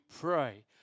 pray